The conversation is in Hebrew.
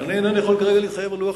אני אינני יכול כרגע להתחייב על לוח